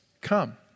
come